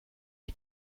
die